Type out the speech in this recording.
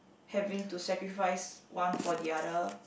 having to sacrifice one for the other